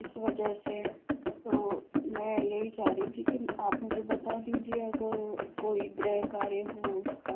इस वजह से तो मैं यही चाह रही थी कि आप मुझे बता दीजिए अगर कोई गृह कार्य हो उसका